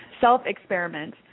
self-experiment